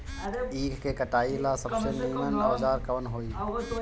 ईख के कटाई ला सबसे नीमन औजार कवन होई?